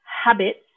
habits